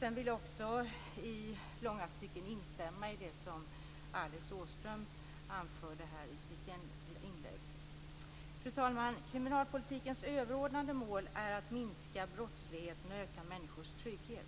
Jag vill också i långa stycken instämma i det som Fru talman! Kriminalpolitikens överordnade mål är att minska brottsligheten och öka människors trygghet.